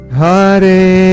Hare